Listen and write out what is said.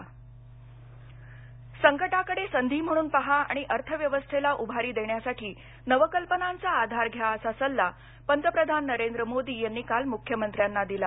पंतप्रधान संकटाकडे संधी म्हणून पहा आणि अर्थव्यवस्थेला उभारी देण्यासाठी नवकल्पनांचा आधार घ्या असा सल्ला पंतप्रधान नरेंद्र मोदी यांनी काल मुख्यमंत्र्यांना दिला